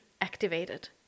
activated